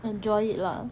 enjoy it lah